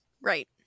right